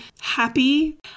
happy